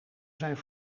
zijn